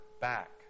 back